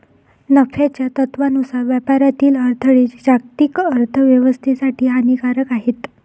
नफ्याच्या तत्त्वानुसार व्यापारातील अडथळे जागतिक अर्थ व्यवस्थेसाठी हानिकारक आहेत